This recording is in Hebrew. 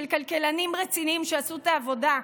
של כלכלנים רציניים שעשו את העבודה.